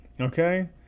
Okay